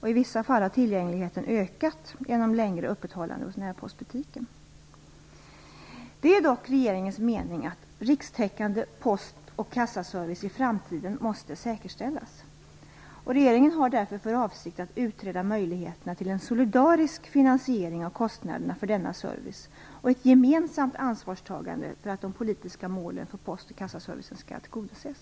I vissa fall har tillgängligheten ökat genom längre öppethållande hos närpostbutiken. Det är dock regeringens mening att rikstäckande post och kassaservice i framtiden måste säkerställas. Regeringen har därför för avsikt att utreda möjligheterna till en solidarisk finansiering av kostnaderna för denna service och ett gemensamt ansvarstagande för att de politiska målen för post och kassaservicen skall tillgodoses.